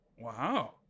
Wow